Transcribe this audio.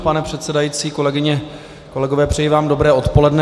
Pane předsedající, kolegyně, kolegové, přeji vám dobré odpoledne.